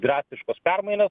drastiškos permainos